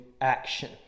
action